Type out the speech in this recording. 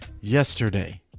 yesterday